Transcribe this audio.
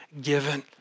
given